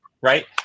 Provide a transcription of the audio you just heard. Right